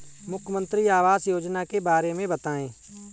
मुख्यमंत्री आवास योजना के बारे में बताए?